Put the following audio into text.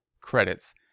credits